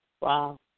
Wow